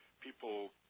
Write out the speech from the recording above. people